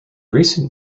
recent